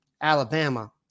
Alabama